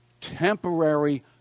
temporary